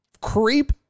creep